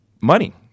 Money